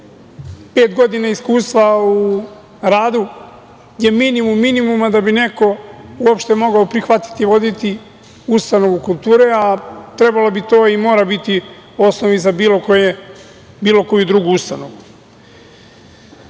godina iskustva u radu je minimum minimuma da bi neko uopšte mogao prihvatiti i voditi ustanovu kulture, a trebalo bi to i mora biti u osnovi za bilo koju drugu ustanovu. Svaka